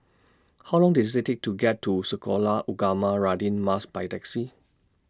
How Long Does IT Take to get to Sekolah Ugama Radin Mas By Taxi